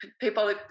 people